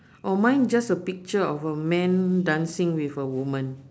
oh mine just a picture of a man dancing with a woman